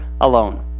alone